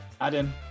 Adam